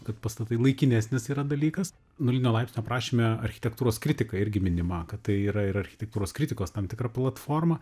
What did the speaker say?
kad pastatai laikinesnis yra dalykas nulinio laipsnio aprašyme architektūros kritika irgi minima kad tai yra ir architektūros kritikos tam tikra platforma